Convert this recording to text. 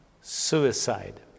Suicide